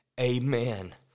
amen